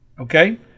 Okay